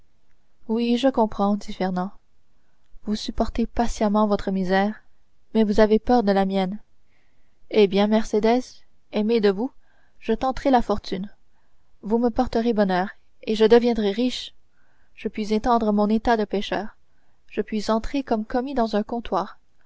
oui je comprends dit fernand vous supportez patiemment votre misère mais vous avez peur de la mienne eh bien mercédès aimé de vous je tenterai la fortune vous me porterez bonheur et je deviendrai riche je puis étendre mon état de pêcheur je puis entrer comme commis dans un comptoir